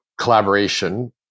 collaboration